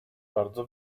bardzo